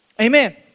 Amen